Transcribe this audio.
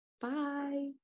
Bye